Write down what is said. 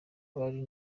bari